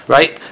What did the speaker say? Right